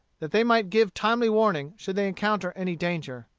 that they might give timely warning should they encounter any danger.